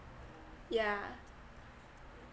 yeah